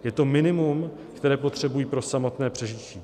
Je to minimum, které potřebují pro samotné přežití.